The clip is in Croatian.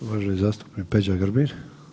I uvaženi zastupnik Peđa Grbin.